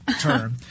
term